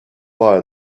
buy